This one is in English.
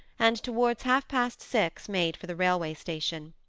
and towards half-past six made for the railway station.